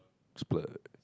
splurge